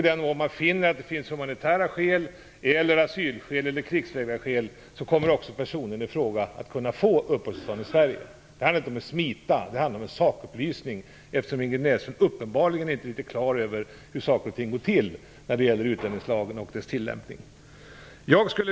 I den mån man finner att det finns humanitära skäl, asylskäl eller krigsvägrarskäl kommer personen i fråga att kunna få uppehållstillstånd i Sverige. Det handlar inte om att smita. Det är en sakupplysning, eftersom Ingrid Näslund uppenbarligen inte är riktigt klar över hur saker och ting går till när det gäller utlänningslagen och dess tillämpning.